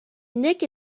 nick